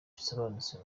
bisobanutse